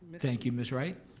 thank you, miss wright,